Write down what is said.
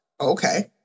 okay